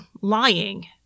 lying